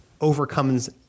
overcomes